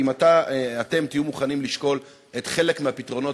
האם אתם תהיו מוכנים לשקול חלק מהפתרונות